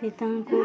ସୀତାଙ୍କୁ